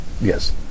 Yes